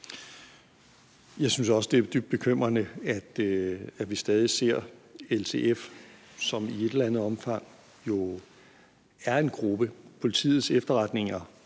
Jeg synes også, det er dybt bekymrende, at vi stadig ser LTF, som i et eller andet omfang jo er en gruppe. Politiets efterretninger,